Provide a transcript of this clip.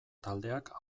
taldeak